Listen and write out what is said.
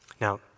Now